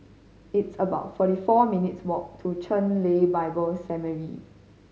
it's about forty four minutes' walk to Chen Lien Bible Seminary